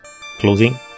closing